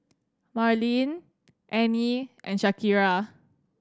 Marleen Anie and Shakira